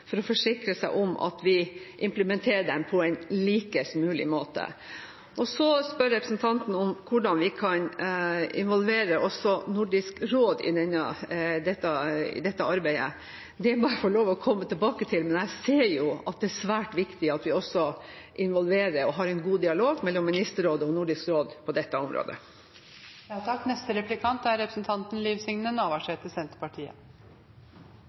for å forsikre seg om at vi implementerer dem på en mest mulig lik måte. Så spør representanten om hvordan vi kan involvere også Nordisk råd i dette arbeidet. Det må jeg få lov til å komme tilbake til, men jeg ser jo at det er svært viktig at vi også involverer Ministerrådet og Nordisk råd – og at det er en god dialog dem imellom – på dette